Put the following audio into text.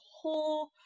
whole